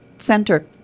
center